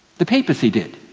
the papacy did.